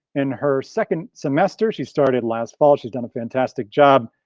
in her second semester she started last fall, she's done a fantastic job.